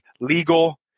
legal